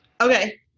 Okay